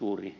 juuri